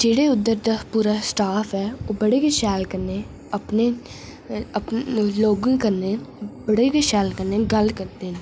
जेहड़े उद्धर दा पूरा स्टाफ ऐ बड़े गै शैल कन्नै अपने लोगें कन्नै बड़ी गै शैल कन्नै गल्ल करदे न